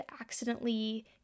accidentally